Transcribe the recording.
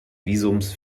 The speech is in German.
visums